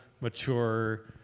mature